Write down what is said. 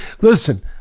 Listen